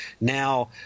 now